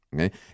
okay